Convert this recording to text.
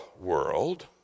world